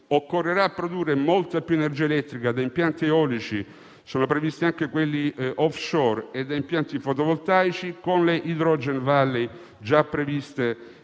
occorrerà produrre molta più energia elettrica da impianti eolici - sono previsti anche quelli *off-shore* - e da impianti fotovoltaici, con le *hydrogen valley* previste